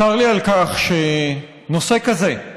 צר לי על כך שנושא כזה,